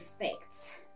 effects